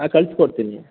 ಹಾಂ ಕಳ್ಸಿ ಕೊಡ್ತೀನಿ